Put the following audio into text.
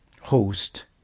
host